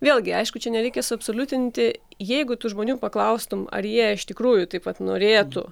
vėlgi aišku čia nereikia suabsoliutinti jeigu tų žmonių paklaustum ar jie iš tikrųjų taip vat norėtų